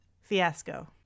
fiasco